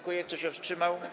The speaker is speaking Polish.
Kto się wstrzymał?